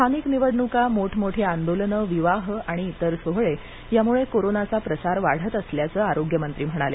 स्थानिक निवडणुका मोठमोठी आंदोलनं विवाह आणि इतर सोहळे यामुळे कोरोनाचा प्रसार वाढत असल्याचं आरोग्यमंत्री म्हणाले